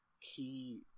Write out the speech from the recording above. key